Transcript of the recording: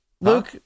Luke